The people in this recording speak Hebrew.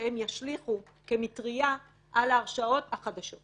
שהן ישליכו כמטריה על ההרשעות החדשות.